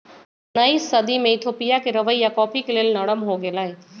उनइस सदी में इथोपिया के रवैया कॉफ़ी के लेल नरम हो गेलइ